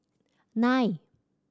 nine